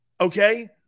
Okay